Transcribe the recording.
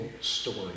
story